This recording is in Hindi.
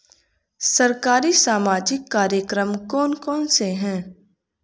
सरकारी सामाजिक कार्यक्रम कौन कौन से हैं?